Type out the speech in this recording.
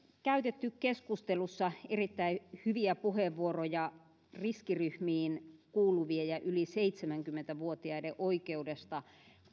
käytetty keskustelussa erittäin hyviä puheenvuoroja riskiryhmiin kuuluvien ja yli seitsemänkymmentä vuotiaiden oikeudesta